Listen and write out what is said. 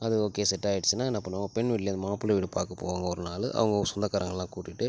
அது okay set ஆய்டுச்சுன்னா என்ன பண்ணுவாங்க பெண் வீட்டுலருந்து மாப்பிள வீடு பார்க்கப் போவாங்கோ ஒரு நாள் அவங்க சொந்தகாரங்கள்லாம் கூட்டிகிட்டு